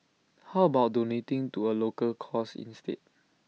how about donating to A local cause instead